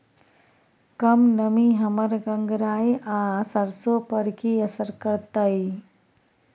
कम नमी हमर गंगराय आ सरसो पर की असर करतै?